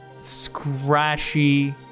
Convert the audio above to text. scratchy